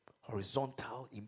horizontal